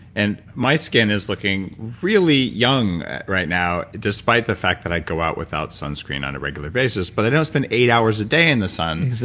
and my skin is looking really young right now despite the fact that i go out without sunscreen on a regular basis. but i don't spend eight hours a day in the sun